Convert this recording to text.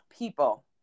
people